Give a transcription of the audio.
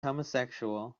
homosexual